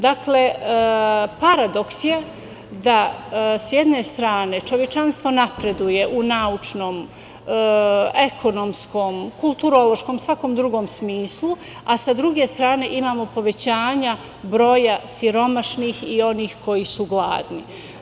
Dakle, paradoks je da s jedne strane, čovečanstvo napreduje u naučnom, ekonomskom, kulturološkom, svakom drugom smislu, a sa druge strane imamo povećanja broja siromašnih i onih koji su gladni.